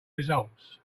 results